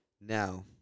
Now